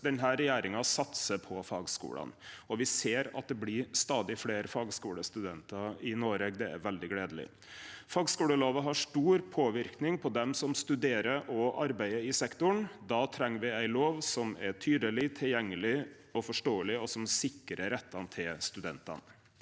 Denne regjeringa satsar på fagskulane. Me ser at det blir stadig fleire fagskulestudentar i Noreg, og det er veldig gledeleg. Fagskulelova har stor påverknad på dei som studerer og arbeider i sektoren. Då treng me ei lov som er tydeleg, tilgjengeleg og forståeleg, og som sikrar rettane til studentane.